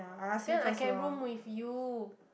then I can room with you